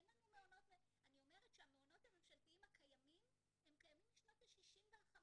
אני אומרת שהמעונות הממשלתיים הקיימים הם קיימים משנות ה-50 וה-60,